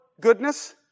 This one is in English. goodness